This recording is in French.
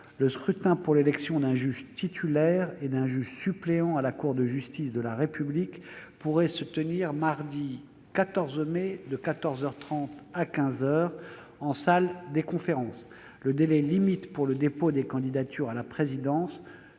le scrutin pour l'élection d'un juge titulaire et d'un juge suppléant à la Cour de justice de la République pourrait se tenir mardi 14 mai, de quatorze heures trente à quinze heures, en salle des conférences. Le délai limite pour le dépôt des candidatures à la Présidence